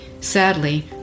Sadly